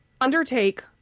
undertake